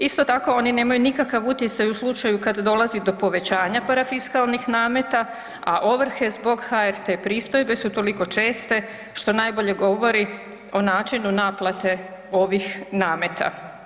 Isto tako oni nemaju nikakav utjecaju slučaju kada dolazi do povećanja parafiskalnih nameta, a ovrhe zbog HRT-e pristojbe su toliko česte što najbolje govori o načinu naplate ovih nameta.